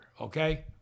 okay